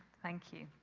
thank you.